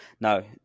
No